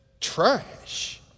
trash